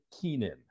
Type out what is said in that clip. Keenan